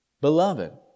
beloved